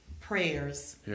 prayers